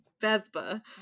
Vespa